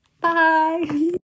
bye